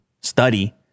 study